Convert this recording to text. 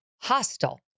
hostile